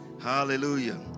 hallelujah